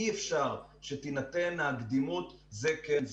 ואי אפשר שתיתן קדימות ויהיה מצב של "זה כן,